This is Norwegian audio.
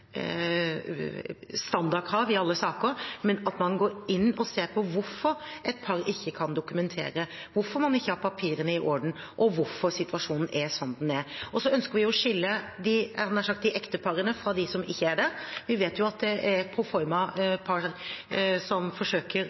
i alle saker, men at man går inn og ser på hvorfor et par ikke kan dokumentere, hvorfor man ikke har papirene i orden, og hvorfor situasjonen er som den er. Så ønsker vi å skille, jeg hadde nær sagt, de ekte parene fra dem som ikke er det. Vi vet jo at det er proforma-par som forsøker